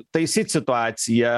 taisyt situaciją